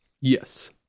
yes